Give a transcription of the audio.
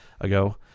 ago